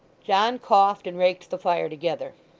john coughed and raked the fire together.